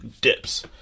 Dips